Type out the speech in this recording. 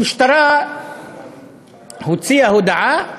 המשטרה הוציאה הודעה